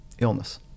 illness